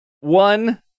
One